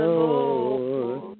Lord